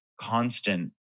constant